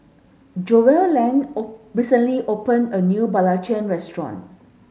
Joellen recently open a new Belacan restaurant